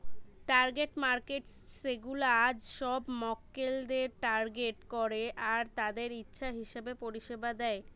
target markets সেগুলা সব মক্কেলদের টার্গেট করে আর তাদের ইচ্ছা হিসাবে পরিষেবা দেয়